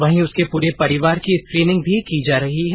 वहीं उसके पूरे परिवार की स्क्रीनिंग भी की जा रही है